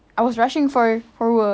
I was rushing for for work